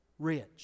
rich